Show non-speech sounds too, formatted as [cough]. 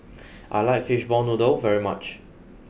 [noise] I like fishball noodle very much